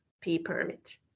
P-permit